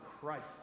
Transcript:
Christ